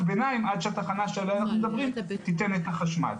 ביניים עד שהתחנה שעליה אנחנו מדברים תיתן את החשמל.